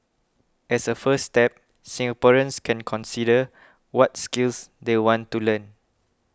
as a first step Singaporeans can consider what skills they want to learn